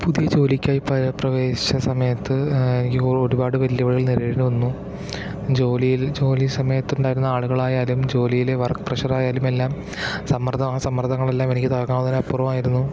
പുതിയ ജോലിക്കായി പോയ പ്രവേശിച്ച സമയത്ത് എനിക്ക് ഒരുപാട് വെല്ലുവിളികള് നേരിടേണ്ടി വന്നു ജോലിയില് ജോലി സമയത്ത് ഉണ്ടായിരുന്ന ആളുകളായാലും ജോലിയിലെ വര്ക്ക് പ്രെഷര് ആയാലുമെല്ലാം സമ്മര്ദ്ദം ആ സമ്മര്ദ്ദങ്ങളെല്ലാം എനിക്ക് താങ്ങാവുന്നതിനും അപ്പുറമായിരുന്നു